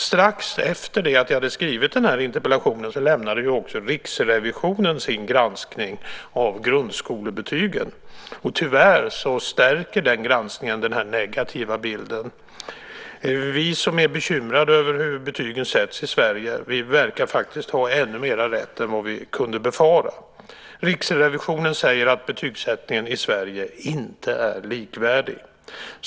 Strax efter att jag hade skrivit interpellationen lämnade Riksrevisionen sin granskning av grundskolebetygen. Tyvärr stärker den granskningen den negativa bilden. Vi som är bekymrade över hur betygen sätts i Sverige verkar ha ännu mera rätt än vad vi kunde befara. Riksrevisionen säger att betygssättningen i Sverige inte är likvärdig.